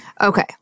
Okay